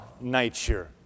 nature